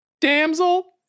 Damsel